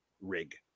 rig